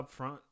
upfront